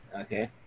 Okay